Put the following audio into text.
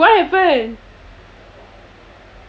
what happen